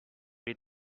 les